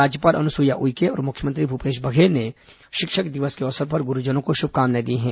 राज्यपाल अनुसुईया उइके और मुख्यमंत्री भूपेश बघेल ने शिक्षक दिवस के अवसर पर गुरूजनों को शुभकामनाएं दी हैं